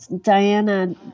Diana